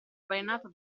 balenata